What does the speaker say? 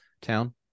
town